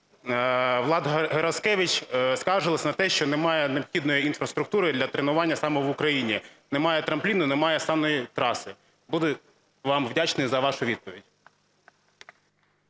Влад Гераскевич скаржились на те, що немає необхідної інфраструктури для тренування саме в Україні, немає трампліну, немає саме траси? Буду вам вдячний за вашу відповідь.